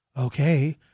Okay